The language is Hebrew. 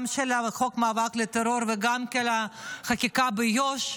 גם של חוק המאבק בטרור וגם של החקיקה ביו"ש.